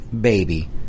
baby